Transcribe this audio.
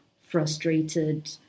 frustrated